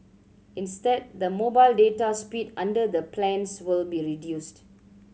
instead the mobile data speed under the plans will be reduced